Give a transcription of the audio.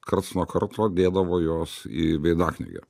karts nuo karto dėdavo juos į veidaknygę